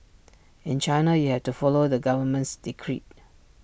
in China you have to follow the government's decree